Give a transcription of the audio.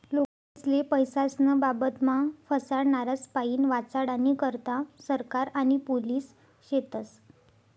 लोकेस्ले पैसास्नं बाबतमा फसाडनारास्पाईन वाचाडानी करता सरकार आणि पोलिस शेतस